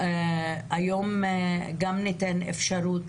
היום ניתן גם אפשרות